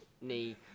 knee